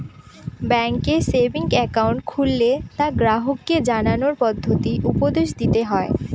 ব্যাঙ্কে savings account খুললে তা গ্রাহককে জানানোর পদ্ধতি উপদেশ দিতে হয়